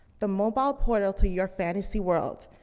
the mobile portal to your fantasy world,